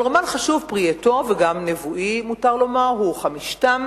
אבל רומן חשוב פרי עטו, וגם נבואי, הוא "חמישתם",